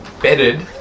bedded